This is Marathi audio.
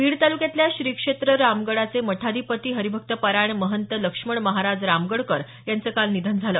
बीड तालुक्यातल्या श्री क्षेत्र रामगडाचे मठाधिपती हरिभक्तपरायण महंत लक्ष्मण महाराज रामगडकर यांचं काल निधन झालं